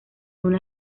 una